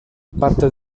parte